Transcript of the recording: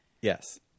Yes